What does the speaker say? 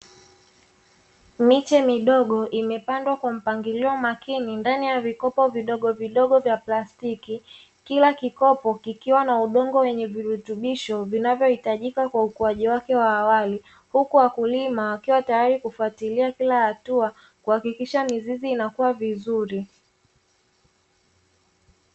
Miche midogo imepandwa kwa mpangilio makini, ndani ya vikopo vidogovidogo vya plastiki, kila kikopo kikiwa na udongo wenye virutubisho vinavyohitajika kwa ukuaji wake wa awali, huku wakulima wakiwa tayari kufuatilia kila hatua, kuhakikisha mizizi inakua vizuri.